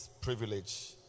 privilege